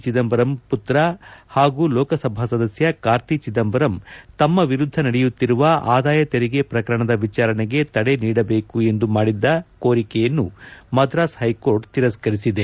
ಚಿದಂಬರಂ ಪುತ್ರ ಹಾಗೂ ಲೋಕಸಭಾ ಸದಸ್ಯ ಕಾರ್ತಿ ಚಿದಂಬರಂ ತಮ್ಮ ವಿರುದ್ದ ನಡೆಯುತ್ತಿರುವ ಆದಾಯ ತೆರಿಗೆ ಪ್ರಕರಣದ ವಿಚಾರಣೆಗೆ ತಡೆ ನೀಡಬೇಕು ಎಂದು ಮಾಡಿದ್ದ ಕೋರಿಕೆಯನ್ನು ಮದ್ರಾಸ್ ಹೈಕೋರ್ಟ್ ತಿರಸ್ಕ ರಿಸಿದೆ